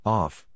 off